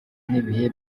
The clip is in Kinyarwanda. n’ibihe